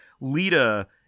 Lita